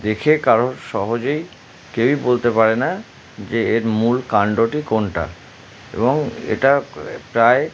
দেখে কারো সহজেই কেউই বলতে পারে না যে এর মূল কান্ডটি কোনটা এবং এটা প্রায়